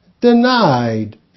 denied